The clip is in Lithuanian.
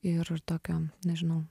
ir tokio nežinau